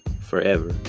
forever